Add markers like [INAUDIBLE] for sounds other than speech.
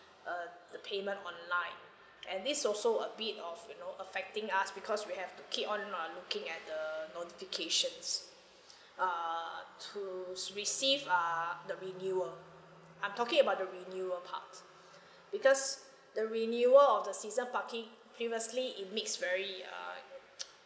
uh the payment online and this also a bit of you know affecting us because we have to keep on uh looking at the notifications err to receive uh the renewal I'm talking about the renewal part because the renewal of the season parking previously it makes very uh [NOISE]